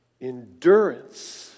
endurance